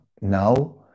Now